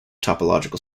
topological